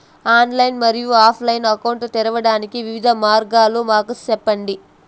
Online మరియు offline account తెరవడానికి వివిధ మార్గాలు మాకు సెప్పండి?